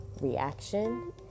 reaction